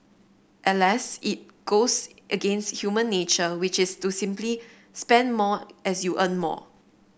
Alas it goes against human nature which is to simply spend more as you earn more